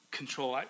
control